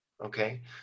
Okay